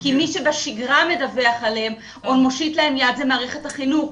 כי מי שבשגרה מדווח עליהם או מושיט להם יד זו מערכת החינוך,